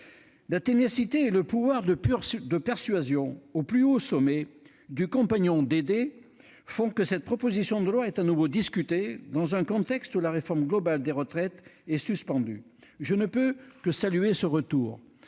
La ténacité et le pouvoir de persuasion au plus haut niveau du « compagnon Dédé » font que cette proposition de loi est de nouveau discutée dans un contexte où la réforme globale des retraites est suspendue. Je ne puis que saluer ce retour.